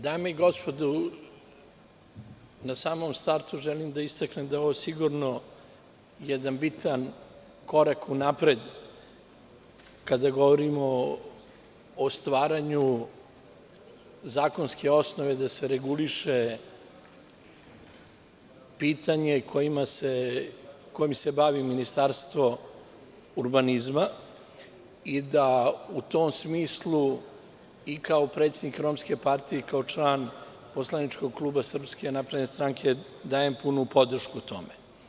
Dame i gospodo, na samom startu želim da istaknem da je ovo sigurno jedan bitan korak unapred, kada govorimo o stvaranju zakonske osnove da se reguliše pitanje kojim se bavi Ministarstvo urbanizma i da u tom smislu i kao predstavnik Romske partije i kao član poslaničkog kluba SNS dajem punu podršku tome.